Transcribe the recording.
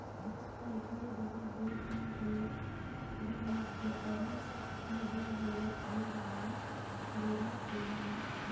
अइसने दुसर देश म घलोक विमुद्रीकरन मुद्रा होवत गे हवय बेरा बेरा म